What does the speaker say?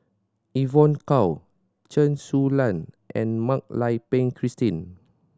Evon Kow Chen Su Lan and Mak Lai Peng Christine